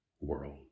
world